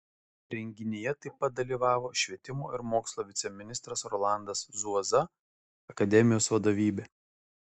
renginyje taip pat dalyvavo švietimo ir mokslo viceministras rolandas zuoza akademijos vadovybė